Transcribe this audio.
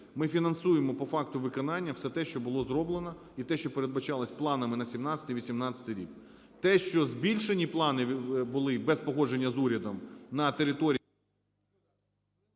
ми фінансуємо по факту виконання все те, що було зроблено і те, що передбачалося планами на 2017-2018 рік. Те, що збільшені плани були без погодження з урядом на території…